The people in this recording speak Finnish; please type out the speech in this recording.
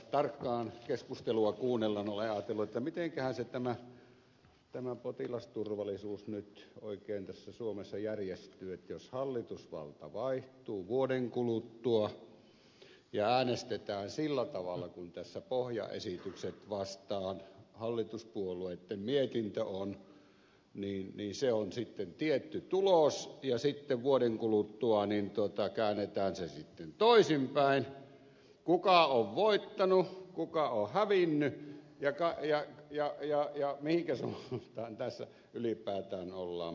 tarkkaan keskustelua kuunnellen olen ajatellut että mitenkähän se tämä potilasturvallisuus nyt oikein tässä suomessa järjestyy että jos hallitusvalta vaihtuu vuoden kuluttua ja äänestetään sillä tavalla kuin tässä pohjaesitykset vastaan hallituspuolueitten mietintö on niin se on sitten tietty tulos ja sitten vuoden kuluttua käännetään se sitten toisinpäin kuka on voittanut kuka on hävinnyt ja mihinkä suuntaan tässä ylipäätään ollaan menossa